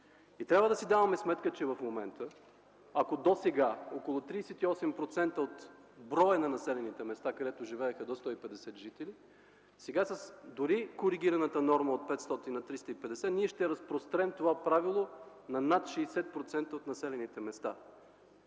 Трябва да си даваме сметка, че в момента, ако досега около 38% от броя на населените места, където живееха до 150 жители, сега с дори коригираната норма от 500 на 350, ние ще разпрострем това правило на над 60% от населените места.